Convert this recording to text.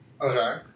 Okay